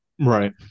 right